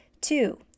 Two